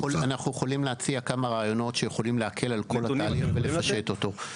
אנחנו יכולים להציע כמה רעיונות שיכולים להקל על כל התהליך ולפשט אותו.